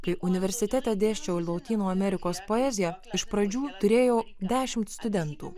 kai universitete dėsčiau lotynų amerikos poeziją iš pradžių turėjau dešimt studentų